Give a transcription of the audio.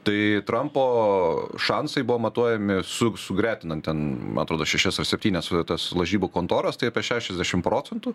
tai trampo šansai buvo matuojami su sugretinant ten man atrodo šešias ar septynias tas lažybų kontoras tai apie šešiasdešim procentų